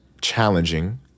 challenging